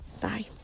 Bye